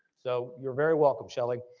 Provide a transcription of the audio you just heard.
so you're very welcome shelly.